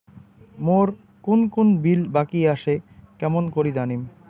মোর কুন কুন বিল বাকি আসে কেমন করি জানিম?